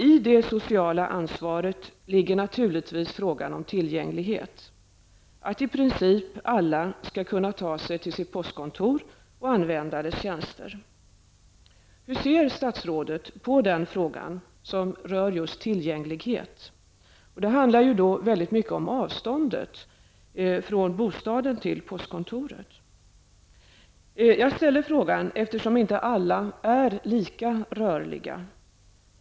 I det sociala ansvaret ligger naturligtvis frågan om tillgänglighet -- att i princip alla skall kunna ta sig till sitt postkontor och använda dess tjänster. Hur ser statsrådet på frågan om tillgänglighet? Det handlar mycket om avståndet från bostaden till postkontoret. Jag ställer frågan eftersom inte alla är lika rörliga.